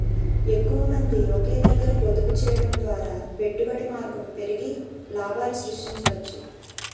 ఎక్కువమంది ఒకే దగ్గర పొదుపు చేయడం ద్వారా పెట్టుబడి మార్గం పెరిగి లాభాలు సృష్టించవచ్చు